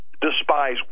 despise